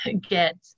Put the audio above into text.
get